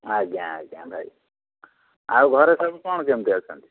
ଆଜ୍ଞା ଆଜ୍ଞା ଭାଇ ଆଉ ଘରେ ସବୁ କ'ଣ କେମିତି ଅଛନ୍ତି